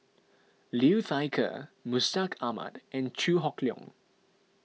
Liu Thai Ker Mustaq Ahmad and Chew Hock Leong